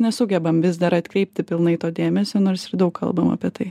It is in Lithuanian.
nesugebam vis dar atkreipti pilnai to dėmesio nors ir daug kalbam apie tai